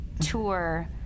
tour